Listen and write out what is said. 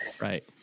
Right